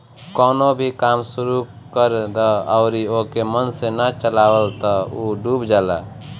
कवनो भी काम शुरू कर दअ अउरी ओके मन से ना चलावअ तअ उ डूब जाला